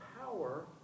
power